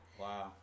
Wow